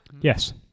yes